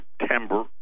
September